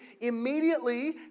immediately